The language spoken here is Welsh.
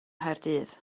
nghaerdydd